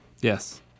Yes